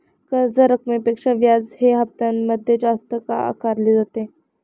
कर्ज रकमेपेक्षा व्याज हे हप्त्यामध्ये जास्त का आकारले आहे?